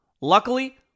Luckily